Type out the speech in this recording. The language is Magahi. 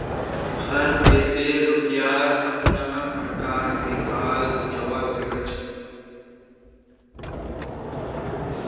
हर देशेर रुपयार अपना प्रकार देखाल जवा सक छे